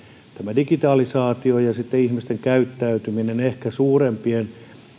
digitalisaatio ja ihmisten käyttäytyminen ehkä suurempien